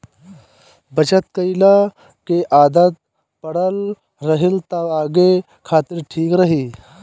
बचत कईला के आदत पड़ल रही त आगे खातिर ठीक रही